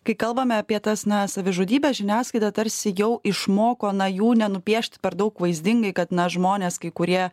kai kalbame apie tas na savižudybes žiniasklaida tarsi jau išmoko na jų nenupiešt per daug vaizdingai kad na žmonės kai kurie